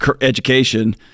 education